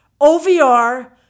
OVR